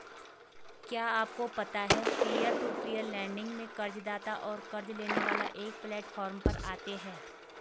क्या आपको पता है पीयर टू पीयर लेंडिंग में कर्ज़दाता और क़र्ज़ लेने वाला एक प्लैटफॉर्म पर आते है?